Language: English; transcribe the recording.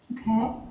Okay